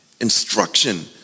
instruction